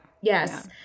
Yes